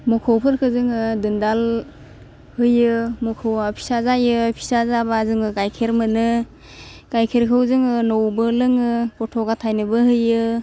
मोखौफोरखौ जोङो दुनदाल होयो मोखौवा फिसा जायो फिसा जाबा जोङो गाइखेर मोनो गाइखेरखौ जोङो न'वावबो लोङो गथ' गथाइनोबो होयो